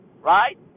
right